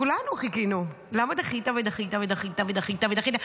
כולנו חיכינו, למה דחית ודחית ודחית ודחית?